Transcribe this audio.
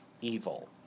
evil